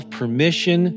permission